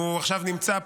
והוא עכשיו נמצא פה,